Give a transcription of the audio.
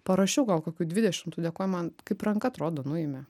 parašiau gal kokių dvidešimt tų dėkojimų man kaip ranka atrodo nuėmė